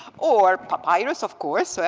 or papyrus, of course, so